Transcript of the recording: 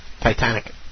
Titanic